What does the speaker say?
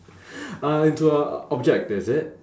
uh into a object is it